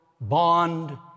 bond